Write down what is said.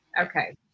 okay